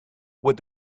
would